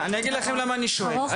אני אגיד לכם למה אני שואל.